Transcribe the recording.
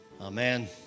Amen